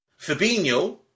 Fabinho